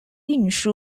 运输